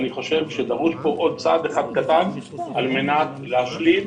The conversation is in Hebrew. אני חושב שדרוש פה עוד צעד אחד קטן על מנת להשלים.